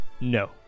No